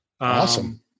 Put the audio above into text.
Awesome